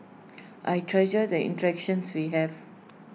I treasure the interactions we have